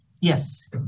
Yes